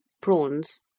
Prawns